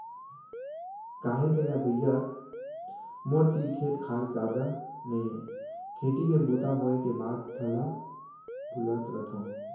का हे न भइया मोर तीर खेत खार जादा नइये खेती के बूता होय के बाद ठलहा बुलत रथव